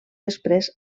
després